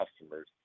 customers